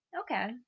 okay